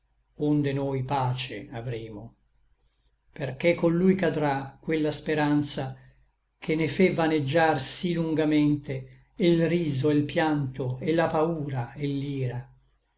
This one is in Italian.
onde noi pace avremo perché co llui cadrà quella speranza che ne fe vaneggiar sí lungamente e l riso e l pianto et la paura et